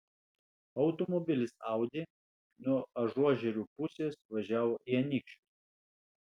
automobilis audi nuo ažuožerių pusės važiavo į anykščius